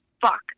fuck